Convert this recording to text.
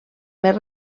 més